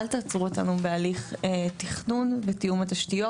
אל תעצרו אותנו בהליך תכנון ותיאום התשתיות,